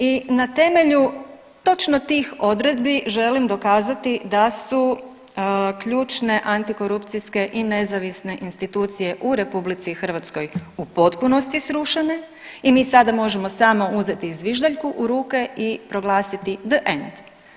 I na temelju točno tih odredbi želim dokazati da su ključne antikorupcijske i nezavisne institucije u RH u potpunosti srušene i mi sada možemo samo uzeti zviždaljku u ruke i proglasiti the end.